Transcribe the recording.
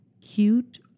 cute